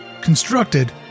constructed